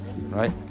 right